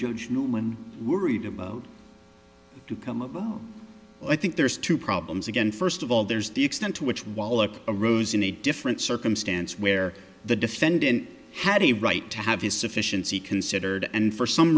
judge norman worried about to come up i think there's two problems again first of all there's the extent to which wallop arose in a different circumstance where the defendant had a right to have his sufficiency considered and for some